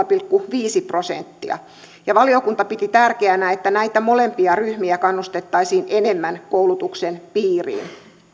pilkku viisi prosenttia valiokunta piti tärkeänä että näitä molempia ryhmiä kannustettaisiin enemmän koulutuksen piiriin